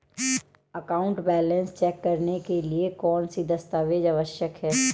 Account balance check करने के लिए कौनसे दस्तावेज़ आवश्यक हैं?